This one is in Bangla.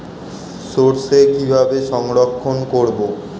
সরষে কিভাবে সংরক্ষণ করব?